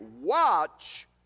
watch